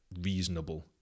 reasonable